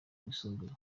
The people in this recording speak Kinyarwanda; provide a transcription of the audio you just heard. rwisumbuye